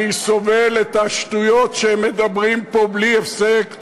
אני סובל את השטויות שהם מדברים פה בלי הפסק,